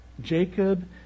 Jacob